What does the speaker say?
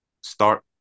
start